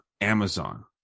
Amazon